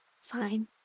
fine